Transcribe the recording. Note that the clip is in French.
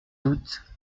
doute